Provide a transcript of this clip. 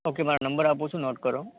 okay મારા number આપું છું નોટ કરો